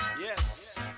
Yes